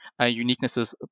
uniquenesses